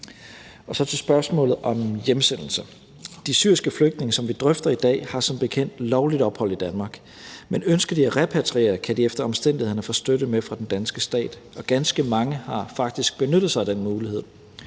Så til spørgsmålet om hjemsendelser. De syriske flygtninge, som vi drøfter i dag, har som bekendt lovligt ophold i Danmark, men ønsker de at repatriere, kan de efter omstændighederne få støtte med fra den danske stat, og ganske mange har faktisk benyttet sig af den mulighed.